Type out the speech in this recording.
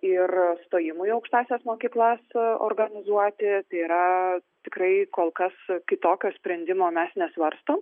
ir stojimui į aukštąsias mokyklas organizuoti tai yra tikrai kol kas kitokio sprendimo mes nesvarstom